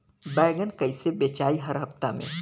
बैगन कईसे बेचाई हर हफ्ता में?